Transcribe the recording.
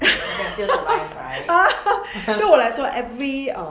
对我来说 every err